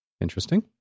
Interesting